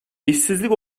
i̇şsizlik